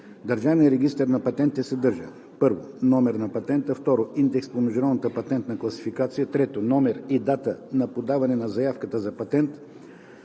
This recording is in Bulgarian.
Държавният регистър на патентите съдържа: 1. номер на патента; 2. индекс по Международната патентна класификация; 3. номер и дата на подаване на заявката за патент;